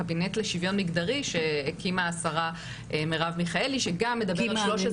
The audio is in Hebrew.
הקבינט לשוויון מגדרי שהקימה השרה מרב מיכאלי שגם מדברת על --- הקימה